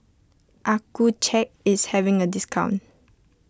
Accucheck is having a discount